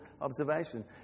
observation